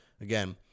again